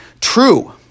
True